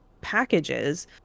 packages